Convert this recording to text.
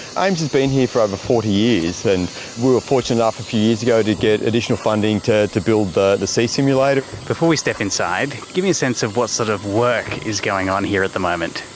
aims has been here for over forty years, and we were fortunate enough a few years ago to get additional funding to to build the the sea simulator. before we step inside, give me a sense of what sort of work is going on here at the moment.